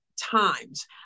times